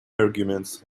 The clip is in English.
arguments